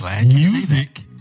music